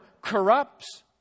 corrupts